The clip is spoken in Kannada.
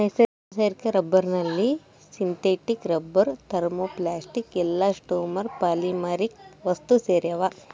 ನೈಸರ್ಗಿಕ ರಬ್ಬರ್ನಲ್ಲಿ synthetic rubber thermoplastic elastomer polymeric ವಸ್ತುಸೇರ್ಯಾವ